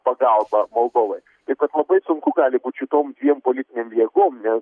pagalbą moldovoj taip pat labai sunku gali būti šitom dviem politinėm jėgom nes